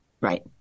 Right